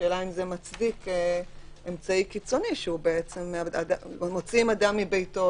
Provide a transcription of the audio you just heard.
השאלה אם זה מצדיק אמצעי קיצוני מוציאים אדם מביתו,